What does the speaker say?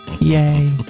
yay